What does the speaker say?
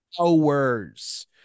hours